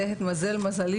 התמזל מזלי,